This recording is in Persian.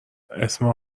اسم